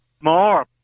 more